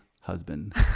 husband